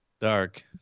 Dark